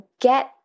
get